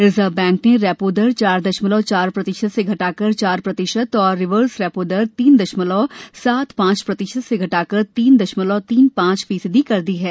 reserve bank ने repo दर चार दशमलव चार प्रतिशत से घटाकर चार प्रतिशत और रिवर्स रेपो दर तीन दशमलव सात पांच प्रतिशत से घटाकर तीन दशमलव तीन पांच प्रतिशत कर दी है